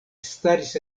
staris